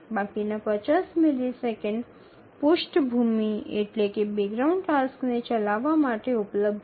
બાકીના ૫0 મિલિસેકંડ પૃષ્ઠભૂમિ ટાસ્કને ચલાવવા માટે ઉપલબ્ધ છે